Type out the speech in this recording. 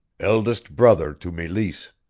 eldest brother to meleese.